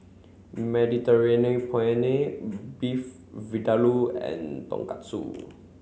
Mediterranean Penne Beef Vindaloo and Tonkatsu